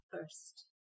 First